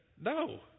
No